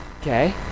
okay